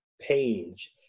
page